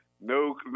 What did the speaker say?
No